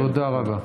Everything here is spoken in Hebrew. תודה רבה.